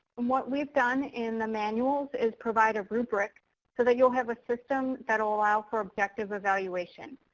what we've done in the manuals is provide a rubric so that you'll have a systems that'll allow for objective evaluation.